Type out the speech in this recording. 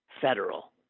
federal